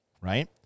Right